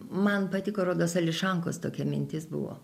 man patiko rodos ališankos tokia mintis buvo